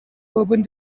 urban